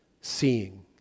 seeing